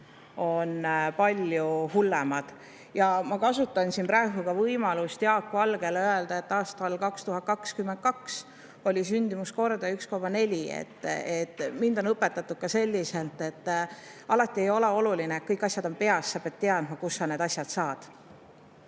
palju hullemad. Ma kasutan siin ka võimalust Jaak Valgele öelda, et aastal 2022 oli sündimuskordaja 1,4. Mind on õpetatud selliselt, et alati ei ole oluline, et kõik asjad on peas, sa pead teadma, kust sa need asjad [teada]